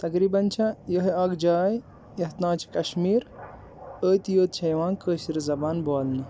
تَقریٖباً چھ یِہے اَکھ جاے یَتھ ناو چھُ کَشمیٖر اتی یوت چھِ یِوان کٲشِر زَبان بولنہٕ